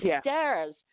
stairs